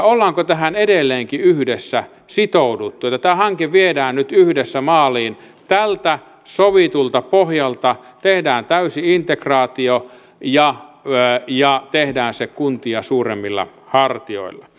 ollaanko tähän edelleenkin yhdessä sitouduttu jotta tämä hanke viedään nyt yhdessä maaliin tältä sovitulta pohjalta tehdään täysi integraatio ja tehdään se kuntia suuremmilla hartioilla